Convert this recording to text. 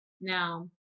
Now